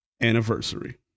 Anniversary